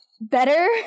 better